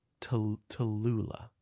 Tallulah